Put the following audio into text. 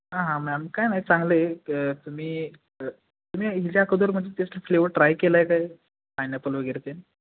हां हां मॅम काही नाही चांगले आहे तर तुम्ही तुम्ही ह्याच्या अगोदर म्हणजे टेस्ट फ्लेवर ट्राय केला आहे काय पायनॅपल वगैरे तेन